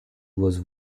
was